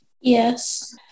Yes